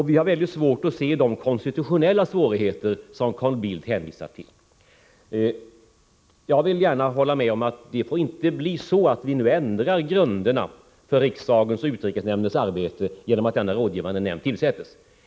Vi har svårt att se de konstitutionella svårigheter som Carl Bildt hänvisar till. Jag håller gärna med om att det inte får bli så att vi nu ändrar grunderna för riksdagens och utrikesnämndens arbete genom att denna rådgivande nämnd tillsätts.